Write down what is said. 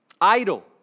idle